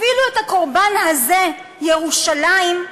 אפילו את הקורבן הזה, ירושלים,